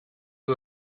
who